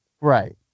Right